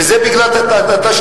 וזה בגלל התשתיות,